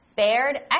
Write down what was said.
Bared